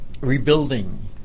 rebuilding